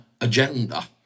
agenda